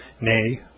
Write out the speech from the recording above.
nay